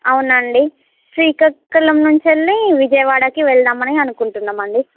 అవునండి శ్రీకాకుళం నుంచి అండి విజయవాడకి వెళ్దాం అని అనుకుంటున్నామండి